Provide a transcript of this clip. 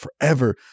forever